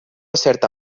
certa